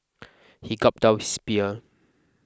he gulped down his beer